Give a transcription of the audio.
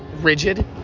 rigid